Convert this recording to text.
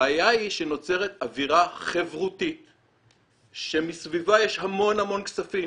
הבעיה היא שנוצרת אווירה חברותית שמסביבה יש המון המון כספים,